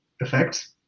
effects